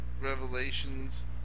Revelations